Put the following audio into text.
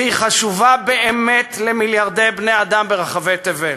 שחשובה, באמת, למיליארדי בני-אדם ברחבי תבל.